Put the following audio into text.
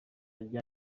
rya